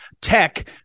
tech